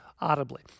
audibly